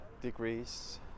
degrees